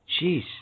Jeez